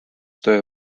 töö